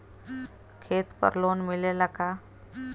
खेत पर लोन मिलेला का?